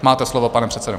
Máte slovo, pane předsedo.